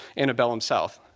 antebellum south.